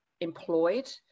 employed